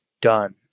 done